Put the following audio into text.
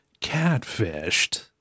catfished